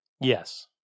Yes